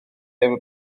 efo